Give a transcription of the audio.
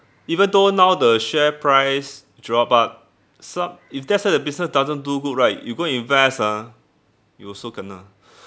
even though now the share price drop but sub~ if let's say the business doesn't do good right you go and invest ah you also kena